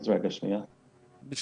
אנחנו רוצים להבין